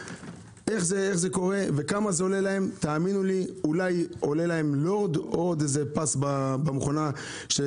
איך זה קורה וכמה זה עולה להם אולי לורד או פס במדפסת,